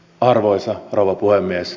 arvoisa rouva puhemies